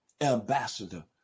ambassador